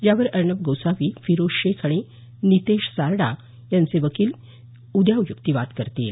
यावर अर्णव गोस्वामी फिरोज शेख आणि नितेश सारडा यांचे वकील उद्या युक्तिवाद करतील